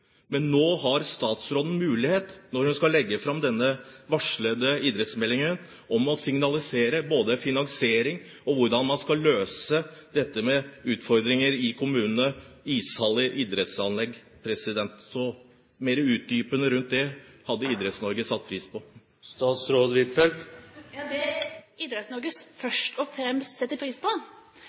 Nå har statsråden mulighet til, når hun skal legge fram den varslede idrettsmeldingen, å signalisere både finansiering og hvordan man skal løse utfordringer i kommunene, med ishaller og idrettsanlegg. Så noe mer utdypende rundt det hadde Idretts-Norge satt pris på. Det Idretts-Norge først og fremst setter pris på,